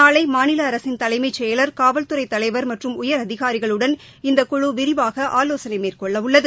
நாளை மாநில அரசின் தலைமைச் செயலர் காவல்துறை தலைவர் மற்றும் உயர் அதிகாரிகளுடன் இந்தக்குழு விரிவாக ஆலோசனை மேற்கொள்ள உள்ளது